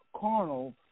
carnal